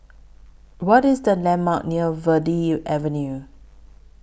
What IS The landmarks near Verde Avenue